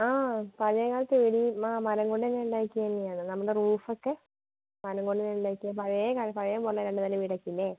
ആ പഴയ കാലത്തെ വീട് ആ മരം കൊണ്ടെന്നെ ഉണ്ടാക്കിയന്നെയാണ് നമ്മുടെ റൂഫൊക്കെ മരം കൊണ്ടെന്നെ ഉണ്ടാക്കിയ പഴയ പഴയ പോലെ രണ്ട് നില വീടൊക്കെയില്ലേ